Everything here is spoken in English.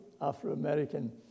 Afro-American